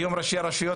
היום ראשי הרשויות,